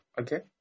Okay